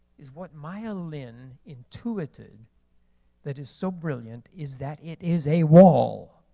is what maya lin intuited that is so brilliant is that it is a wall.